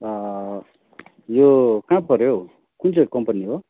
यो कहाँ पर्यो कुन चाहिँ कम्पनी हो